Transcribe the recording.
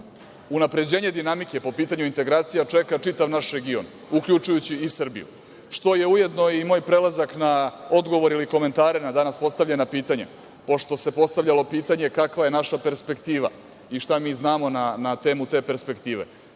unapređenje dinamike po pitanju integracija čeka čitav naš region, uključujući i Srbiju, što je ujedno i moj prelazaka na odgovor ili komentare na danas postavljena pitanja, pošto se postavilo pitanje kakva je naša perspektiva i šta mi znamo na temu te perspektive.